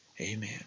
Amen